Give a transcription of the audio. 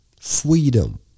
Freedom